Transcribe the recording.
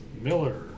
Miller